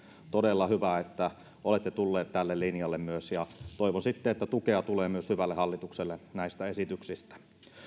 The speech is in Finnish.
on todella hyvä että olette myös tulleet tälle linjalle ja toivon sitten että tukea tulee myös hyvälle hallitukselle näistä esityksistä